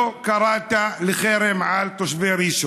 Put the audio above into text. לא קראת לחרם על תושבי ראשון,